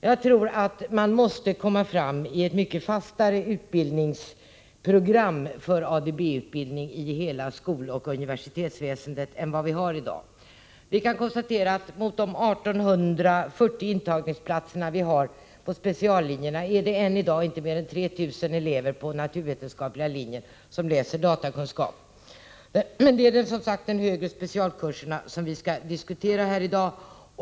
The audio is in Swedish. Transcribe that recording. Jag tror att man måste åstadkomma ett mycket fastare utbildningsprogram för ADB-utbildning i hela skoloch universitetsväsendet än vad vi har i dag. Mot de 1 840 intagningsplatser vi har på speciallinjerna kan vi ställa det faktum att det än i dag inte är mer än 3 000 elever som läser datakunskap på naturvetenskapliga linjen. Men det är de högre specialkurserna vi skall diskutera här i dag.